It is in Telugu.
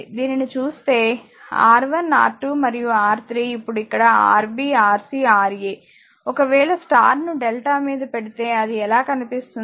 దీనిని చూస్తే R1R2 మరియు R3 ఇప్పుడు ఇక్కడ Rb Rc R a ఒకవేళ స్టార్ ను డెల్టా మీద పెడితే అది ఎలా కనిపిస్తుంది